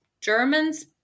Germans